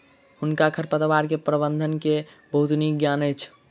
हुनका खरपतवार प्रबंधन के बहुत नीक ज्ञान अछि